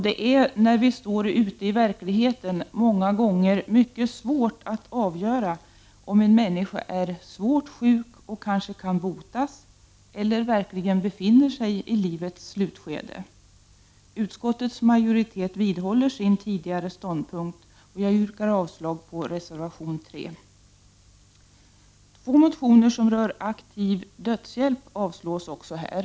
Det är när vi står ute i verkligheten många gånger mycket svårt att avgöra om en människa är svårt sjuk och kanske kan botas eller om hon verkligen befinner sig i livets slutskede. Utskottets majoritet vidhåller sin tidigare ståndpunkt. Jag yrkar avslag på reservation 3. Två motioner som rör aktiv dödshjälp avstyrks också här.